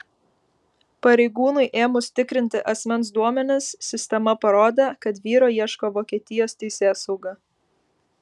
pareigūnui ėmus tikrinti asmens duomenis sistema parodė kad vyro ieško vokietijos teisėsauga